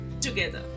together